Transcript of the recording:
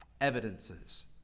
evidences